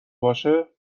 باشه